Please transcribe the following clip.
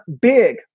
big